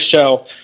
show